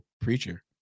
preacher